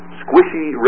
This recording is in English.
squishy